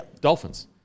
Dolphins